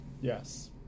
Yes